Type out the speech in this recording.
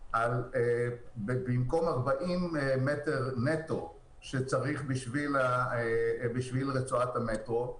במקום 40 מטר נטו שצריך בשביל רצועת המטרו,